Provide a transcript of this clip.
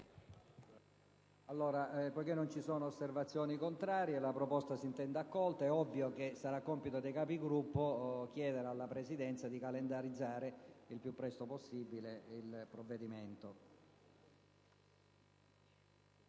Poiché non si fanno osservazioni, la proposta si intende accolta. È ovvio che sarà compito dei Capigruppo chiedere alla Presidenza di calendarizzare il più presto possibile il provvedimento.